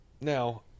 Now